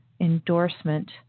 Endorsement